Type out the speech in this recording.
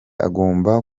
agomba